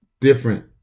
different